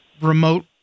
remote